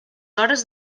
hores